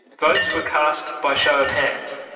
votes were cast by show of hands.